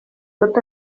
tot